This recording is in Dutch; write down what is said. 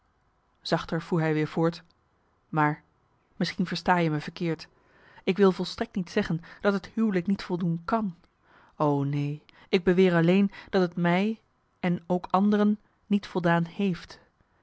zachter voer hij weer voort maar misschien versta je me verkeerd ik wil volstrekt niet zeggen dat het huwelijk niet voldoen kan o neen ik beweer alleen dat het mij en ook anderen niet voldaan heeft